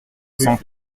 cent